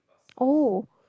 oh